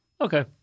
Okay